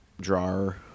drawer